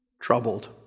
troubled